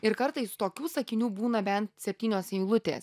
ir kartais tokių sakinių būna bent septynios eilutės